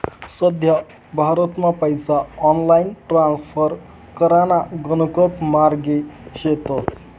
सध्या भारतमा पैसा ऑनलाईन ट्रान्स्फर कराना गणकच मार्गे शेतस